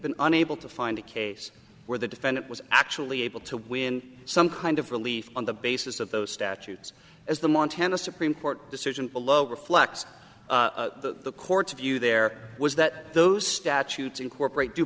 been unable to find a case where the defendant was actually able to win some kind of relief on the basis of those statutes as the montana supreme court decision below reflects the court's view there was that those statutes incorporate d